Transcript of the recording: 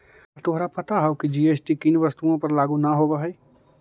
का तोहरा पता हवअ की जी.एस.टी किन किन वस्तुओं पर लागू न होवअ हई